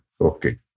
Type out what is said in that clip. Okay